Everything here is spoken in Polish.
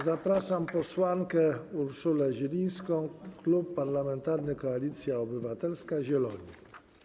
Zapraszam posłankę Urszulę Zielińską, Klub Parlamentarny Koalicja Obywatelska - Zieloni.